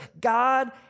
God